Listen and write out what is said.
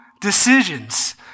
decisions